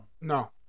No